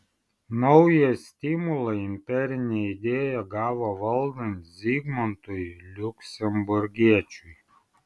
naują stimulą imperinė idėja gavo valdant zigmantui liuksemburgiečiui